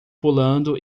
pulando